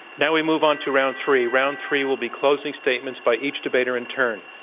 now we move on to round three. round three will be closing statements by each debater in turn.